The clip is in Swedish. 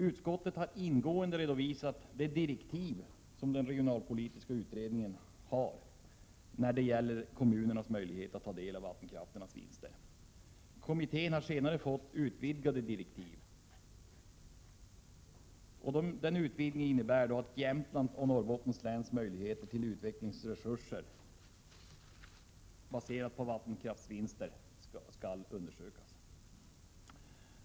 Utskottet har ingående redovisat de direktiv som den regionalpolitiska utredningen har när det gäller kommunernas möjlighet att ta del av vattenkraftens vinster. Kommittén har senare fått utvidgade direktiv, som innebär att den även skall undersöka Jämtlands och Norrbottens läns möjligheter till utvecklingsresurser baserade på vattenkraftsvinster.